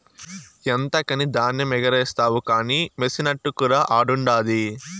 ఎంతకని ధాన్యమెగారేస్తావు కానీ మెసినట్టుకురా ఆడుండాది